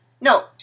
No